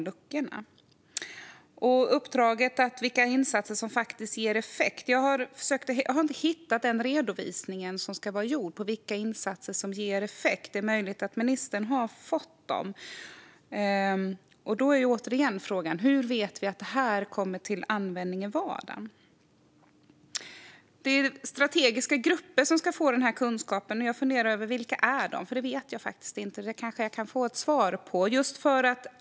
När det gäller uppdraget om vilka insatser som faktiskt ger effekt har jag inte hittat den redovisning som ska vara gjord över de insatser som ger effekt. Det är möjligt att ministern har fått den. Frågan är återigen: Hur vet vi att det kommer till användning i vardagen? Det är strategiska grupper som ska få den kunskapen. Jag funderar på vilka de är. Det vet jag faktiskt inte. Jag kanske kan få svar på det.